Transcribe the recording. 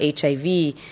HIV